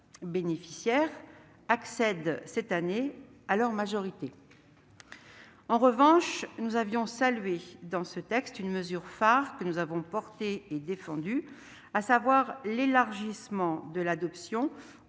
bénéficiaires accèdent cette année à la majorité. En revanche, nous avions salué dans ce texte une mesure phare que nous avons portée et défendue, à savoir l'élargissement de l'adoption